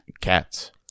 Cats